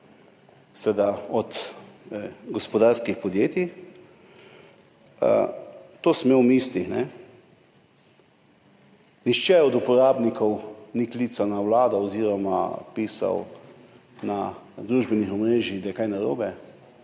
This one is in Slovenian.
od gospodarskih podjetij. To sem imel v mislih, nihče od uporabnikov ni klical na Vlado oziroma pisal po družbenih omrežjih, da je kaj narobe.